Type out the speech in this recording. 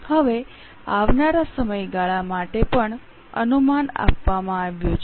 હવે આવનારા સમયગાળા માટે પણ અનુમાન આપવામાં આવ્યું છે